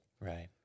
right